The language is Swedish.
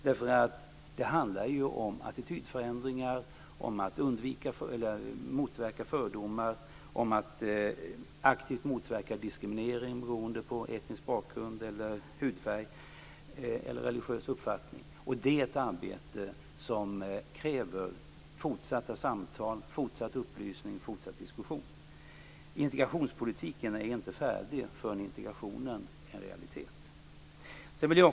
Det handlar om attitydförändringar, om att motverka fördomar, om att aktivt motverka diskriminering beroende på etnisk bakgrund, hudfärg eller religiös uppfattning, och det är ett arbete som kräver fortsatta samtal, fortsatt upplysning och fortsatt diskussion. Integrationspolitiken är inte färdig förrän integrationen är en realitet.